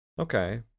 Okay